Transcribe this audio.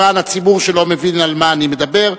למען הציבור שלא מבין על מה אני מדבר,